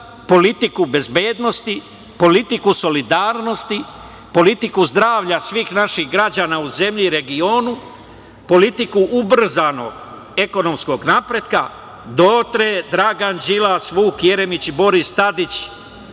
politiku bezbednosti, politiku solidarnosti, politiku zdravlja svih naših građana u zemlji i regionu, politiku ubrzanog ekonomskog napretka dotle Dragan Đilas, Vuk Jeremić i Boris Tadić